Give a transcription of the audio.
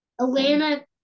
Atlanta